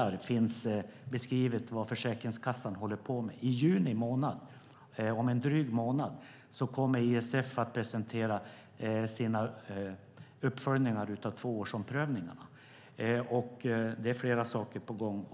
och finns beskrivet vad Försäkringskassan håller på med. I juni, om en dryg månad, kommer ISF att presentera sina uppföljningar av tvåårsomprövningarna. Det är även fler saker på gång.